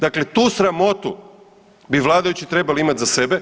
Dakle, tu sramotu bi vladajući trebali imati za sebe.